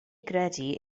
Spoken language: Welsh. gredu